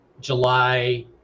july